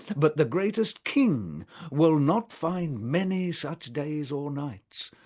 but the greatest king will not find many such days or nights,